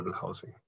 housing